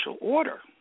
order